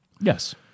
Yes